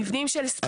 מבנים של ספורט.